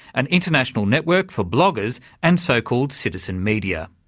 an international network for bloggers and so-called citizen media.